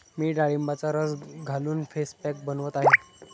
मी डाळिंबाचा रस घालून फेस पॅक बनवत आहे